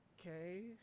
okay